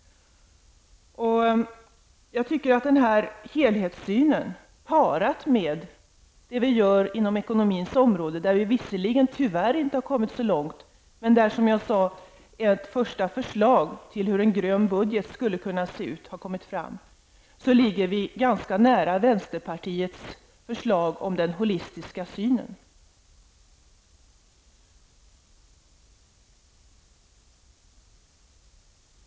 Jag tycker att den här helhetssynen, parat med det vi gör på det ekonomiska området, där vi visserligen tyvärr inte kommit så långt, men där som ett första steg förslag till hur en grön budget skulle kunna se ut har framlagts, ligger ganska nära vänsterpartiets förslag om den holistiska synen.